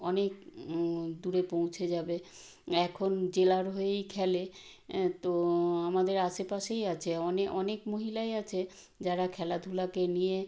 অনেক দূরে পৌঁছে যাবে এখন জেলার হয়েই খেলে তো আমাদের আশেপাশেই আছে অনেক মহিলাই আছে যারা খেলাধুলাকে নিয়ে